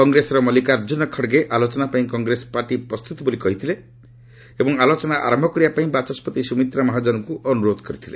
କଂଗ୍ରେସର ମଲ୍ଲିକାର୍ଚ୍ଚୁନ ଖଡ଼୍ଗେ ଆଲୋଚନାପାଇଁ କଂଗ୍ରେସ ପାର୍ଟି ପ୍ରସ୍ତୁତ ବୋଲି କହିଥିଲେ ଏବଂ ଆଲୋଚନା ଆରମ୍ଭ କରିବାପାଇଁ ବାଚସ୍କତି ସୁମିତ୍ରା ମହାଜନଙ୍କୁ ଅନୁରୋଧ କରିଥିଲେ